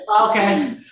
Okay